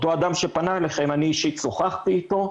אותו אדם שפנה אליכם אני אישית שוחחתי איתו,